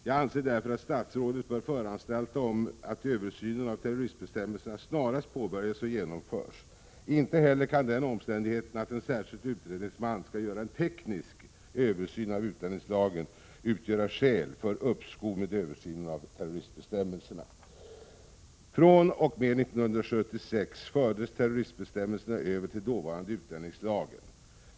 Jag anser därför att statsrådet bör föranstalta om att översynen av terroristbestämmelserna snarast påbörjas och genomförs. Inte heller kan den omständigheten att en särskild utredningsman skall göra en teknisk översyn av utlänningslagen utgöra skäl för uppskov med översynen av terroristbestämmelserna. fr.o.m. 1976 fördes terroristbestämmelserna över till dåvarande utlänningslagen.